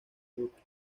brooke